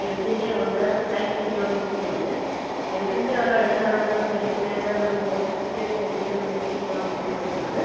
ഹെൽത്തിൻ്റെ ഉണ്ട് ലൈഫ് ഇൻഷുറൻസിൻ്റെ ഉണ്ട് ഹെൽത്തിൻ്റെ ഒരെണ്ണം എടുക്കാനാണെങ്കിൽ നമുക്ക് മെഡിക്കൽ ആയിട്ട് നമുക്ക് ഹോസ്പിറ്റൽ കേസ് എന്തിനും നമുക്ക് ഒരു രൂപ പോലും കൊടുക്കാതെ